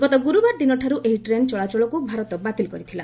ଗତ ଗୁରୁବାର ଦିନଠାରୁ ଏହି ଟ୍ରେନ୍ ଚଳାଚଳକୁ ଭାରତ ବାତିଲ୍ କରିଥିଲା